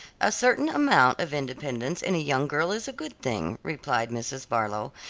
a certain amount of independence in a young girl is a good thing, replied mrs. barlow,